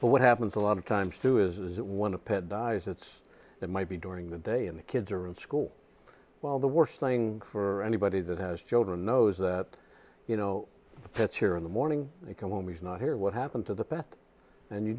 but what happens a lot of times two is that one of pet dies it's it might be during the day and the kids are in school while the worst thing for anybody that has children knows that you know that's here in the morning you come home he's not here what happened to the pet and you